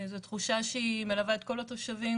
זו תחושה שמלווה את כל התושבים,